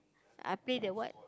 I play the what